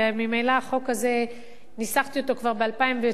וממילא ניסחתי את החוק הזה כבר ב-2009,